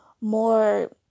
more